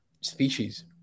species